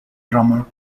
drummer